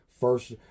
first